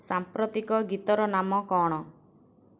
ସାମ୍ପ୍ରତିକ ଗୀତର ନାମ କ'ଣ